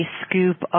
scoop